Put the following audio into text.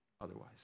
otherwise